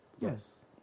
Yes